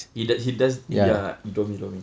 he does he doesn't ya you told me you told me